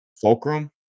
Fulcrum